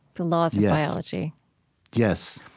the laws of biology yes.